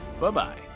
Bye-bye